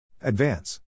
Advance